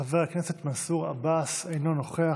חבר הכנסת מנסור עבאס, אינו נוכח.